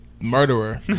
murderer